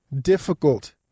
difficult